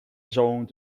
zoned